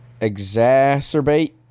exacerbate